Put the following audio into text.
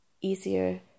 easier